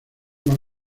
más